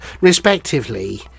respectively